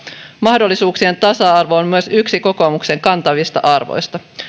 mahdollisuuksien tasa arvo on myös yksi kokoomuksen kantavista arvoista